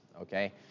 Okay